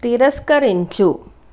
తిరస్కరించు